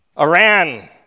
Iran